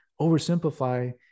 oversimplify